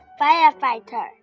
firefighter